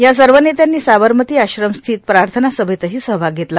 या सर्व नेत्यांनी साबरमती आश्रमस्थित प्रार्थना सभेतही सहभाग घेतला